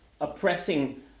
oppressing